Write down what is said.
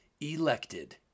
elected